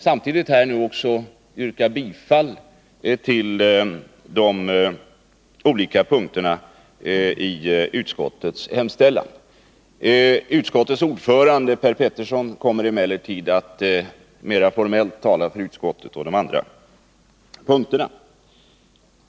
Samtidigt vill jag här yrka bifall till de olika punkterna i utskottets hemställan. Utskottets ordförande Per Petersson kommer emellertid att mera formellt tala för utskottet och de andra punkterna.